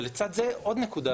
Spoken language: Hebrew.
ולצד זה עוד נקודה,